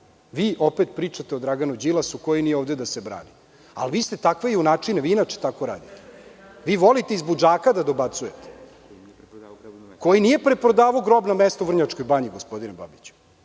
vi opet pričate o Draganu Đilasu koji nije ovde da se brani, a vi ste takvi, vi inače tako radite. Volite iz budžaka da dobacujete, koji nije preprodavao grobno mesto u Vrnjačkoj banji gospodine Babiću.